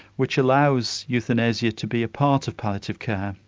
which allows euthanasia to be a part of palliative care.